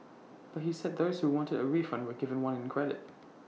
but he said those who wanted A refund were given one in credit